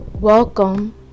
Welcome